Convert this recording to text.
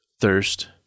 thirst